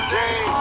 day